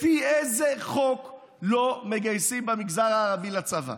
לפי איזה חוק לא מגייסים במגזר הערבי לצבא?